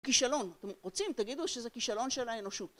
כישלון. רוצים? תגידו שזה כישלון של האנושות.